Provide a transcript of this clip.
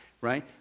right